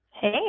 Hey